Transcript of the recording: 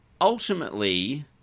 ultimately